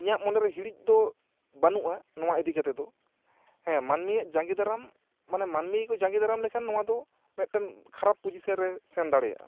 ᱤᱧᱟᱹᱜ ᱢᱚᱱᱮ ᱨᱮ ᱦᱤᱲᱤᱡ ᱫᱚ ᱵᱟᱹᱱᱩᱜᱼᱟ ᱱᱚᱣᱟ ᱤᱫᱤ ᱠᱟᱛᱮ ᱫᱚ ᱦᱮᱸ ᱢᱟᱹᱱᱢᱤᱭᱟᱜ ᱡᱟᱜᱮ ᱫᱟᱨᱟᱢ ᱢᱟᱱᱮ ᱢᱟᱹᱱᱢᱤ ᱠᱚ ᱡᱟᱜᱮᱫᱟᱨᱟᱢ ᱞᱮᱠᱷᱟᱱ ᱱᱚᱣᱟ ᱫᱚ ᱢᱤᱫᱴᱮᱱ ᱠᱷᱟᱨᱟᱯ ᱯᱳᱡᱤᱥᱮᱱ ᱨᱮ ᱥᱮᱱ ᱫᱟᱲᱮᱭᱟᱜᱼᱟ